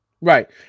Right